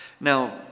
Now